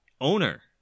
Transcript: owner